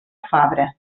fabra